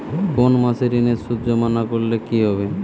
কোনো মাসে ঋণের সুদ জমা না করলে কি হবে?